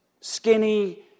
skinny